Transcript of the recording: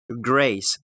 grace